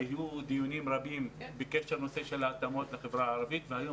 היו דיונים רבים בקשר לנושא של ההתאמות לחברה הערבית והיום